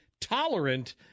tolerant